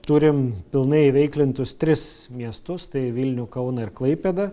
turim pilnai įveiklintus tris miestus tai vilnių kauną ir klaipėdą